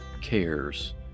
cares